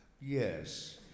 yes